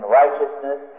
righteousness